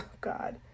God